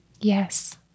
Yes